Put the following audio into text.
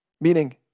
meaning